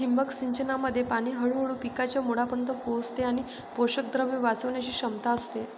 ठिबक सिंचनामध्ये पाणी हळूहळू पिकांच्या मुळांपर्यंत पोहोचते आणि पोषकद्रव्ये वाचवण्याची क्षमता असते